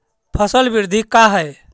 फसल वृद्धि का है?